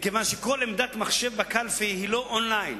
מכיוון שכל עמדת מחשב בקלפי היא לא און-ליין,